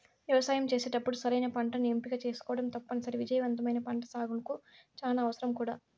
వ్యవసాయం చేసేటప్పుడు సరైన పంటను ఎంపిక చేసుకోవటం తప్పనిసరి, విజయవంతమైన పంటసాగుకు చానా అవసరం కూడా